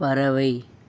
பறவை